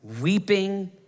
weeping